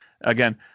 again